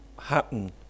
happen